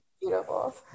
beautiful